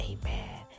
Amen